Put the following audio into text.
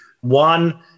One